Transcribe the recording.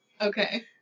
Okay